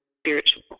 spiritual